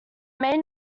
main